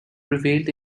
prevailed